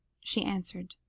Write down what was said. she answered